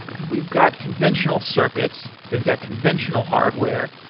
we've got conventional circuits, we've got conventional hardware.